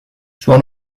suo